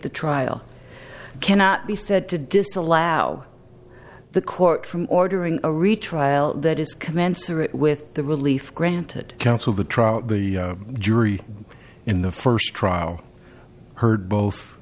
the trial cannot be said to disallow the court from ordering a retrial that is commensurate with the relief granted counsel the trial the jury in the first trial heard both